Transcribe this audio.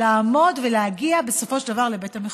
לעמוד ולהגיע בסופו של דבר לבית המחוקקים.